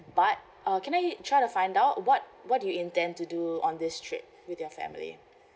but uh can I try to find out what what do you intend to do on this trip with your family